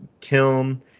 kiln